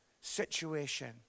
situation